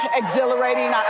exhilarating